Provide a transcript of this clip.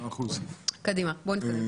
תקנת משנה (ג)